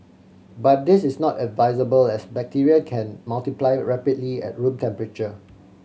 but this is not advisable as bacteria can multiply rapidly at room temperature